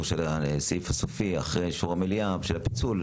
הסעיף הסופי אחרי אישור המליאה את הפיצול,